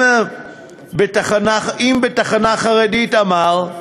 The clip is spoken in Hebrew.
אם בתחנה חרדית, אמר,